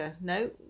No